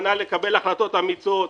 מוכנה לקבל החלטות אמיצות,